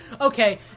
okay